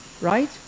right